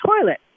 toilet